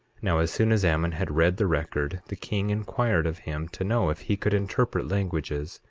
now, as soon as ammon had read the record, the king inquired of him to know if he could interpret languages,